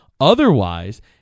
Otherwise